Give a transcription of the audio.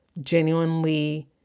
genuinely